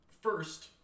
first